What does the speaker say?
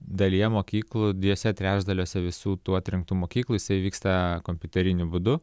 dalyje mokyklų dviejuose trečdaliuose visų tų atrinktų mokyklose vyksta kompiuteriniu būdu